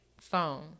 phone